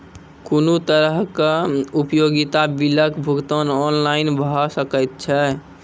कुनू तरहक उपयोगिता बिलक भुगतान ऑनलाइन भऽ सकैत छै?